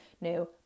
new